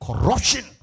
Corruption